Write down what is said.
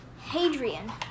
Hadrian